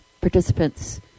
participants